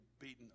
beaten